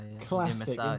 Classic